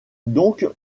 donc